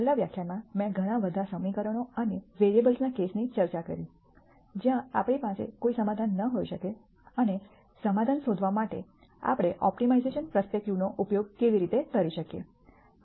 છેલ્લા વ્યાખ્યાનમાં મેં ઘણા વધુ સમીકરણો અને વેરીએબલ્સના કેસની ચર્ચા કરી જ્યાં આપણી પાસે કોઈ સમાધાન ન હોઈ શકે અને સમાધાન શોધવા માટે આપણે ઓપ્ટિમાઇઝેશન પર્સ્પેક્ટિવનો ઉપયોગ કેવી રીતે કરી શકીએ